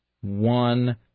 one